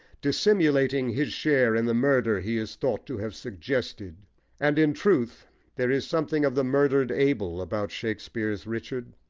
dissimulating his share in the murder he is thought to have suggested and in truth there is something of the murdered abel about shakespeare's richard.